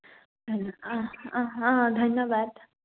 অঁ অঁ অঁ ধন্যবাদ